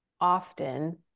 often